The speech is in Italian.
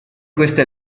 queste